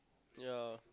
ya